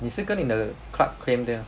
你是跟你的 club claim 对吗